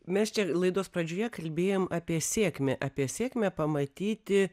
mes čia laidos pradžioje kalbėjom apie sėkmę apie sėkmę pamatyti